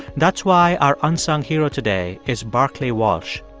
that's why our unsung hero today is barclay walsh.